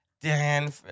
Dan